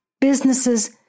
businesses